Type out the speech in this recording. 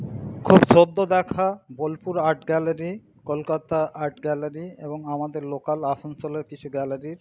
খুব সদ্য দেখা Bolpur art gallery Kolkata art gallery এবং আমাদের লোকাল আসানসোলের কিছু গ্যালারির